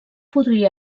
podria